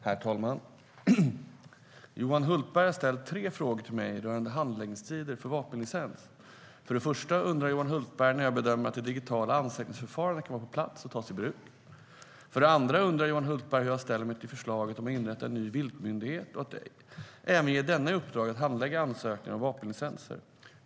Herr talman! Johan Hultberg har ställt tre frågor till mig rörande handläggningstider för vapenlicens. För det första undrar Johan Hultberg när jag bedömer att det digitala ansökningsförfarandet kan vara på plats och tas i bruk. För det andra undrar Johan Hultberg hur jag ställer mig till förslaget om att inrätta en ny viltmyndighet och att även ge denna i uppdrag att handlägga ansökningar om vapenlicenser.